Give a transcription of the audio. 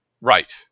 Right